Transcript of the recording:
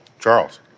Charles